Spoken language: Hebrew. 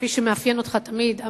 כפי שמאפיין אותך תמיד,